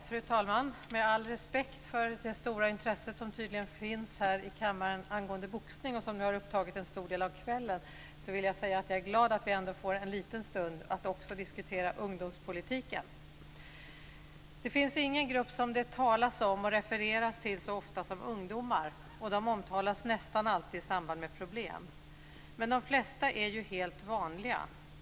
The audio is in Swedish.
Fru talman! Med all respekt för det stora intresse som tydligen finns här i kammaren angående boxning och som har upptagit en stor del av kvällen är jag glad att vi ändå får en liten stund till att också diskutera ungdomspolitiken. Det finns ingen grupp som det talas om och refereras till så ofta som ungdomar, och de omtalas nästan alltid i samband med problem. Men de flesta är ju helt vanliga.